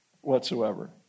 whatsoever